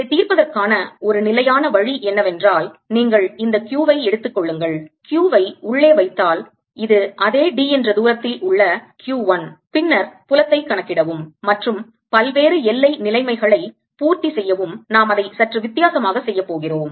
இதை தீர்ப்பதற்கான ஒரு நிலையான வழி என்னவென்றால் நீங்கள் இந்த q வை எடுத்துக் கொள்ளுங்கள் q வை உள்ளே வைத்தால் இது அதே d என்ற தூரத்தில் உள்ள q 1 பின்னர் புலத்தைக் கணக்கிடவும் மற்றும் பல்வேறு எல்லை நிலைமைகளை பூர்த்தி செய்யவும் நாம் அதை சற்று வித்தியாசமாக செய்யப் போகிறோம்